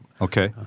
Okay